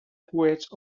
coets